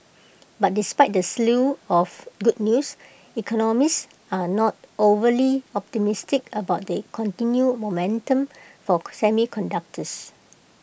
but despite the slew of good news economists are not overly optimistic about the continued momentum for semiconductors